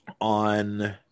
on